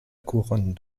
couronne